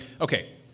okay